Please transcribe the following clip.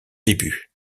début